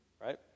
right